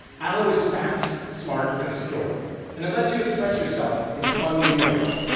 allo is fast, smart, and secure and it let's you express yourself in fun new ways.